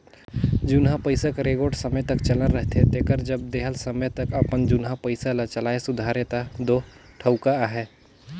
जुनहा पइसा कर एगोट समे तक चलन रहथे तेकर जब देहल समे तक अपन जुनहा पइसा ल चलाए सुधारे ता दो ठउका अहे